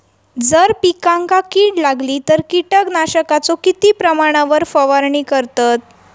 जर पिकांका कीड लागली तर कीटकनाशकाचो किती प्रमाणावर फवारणी करतत?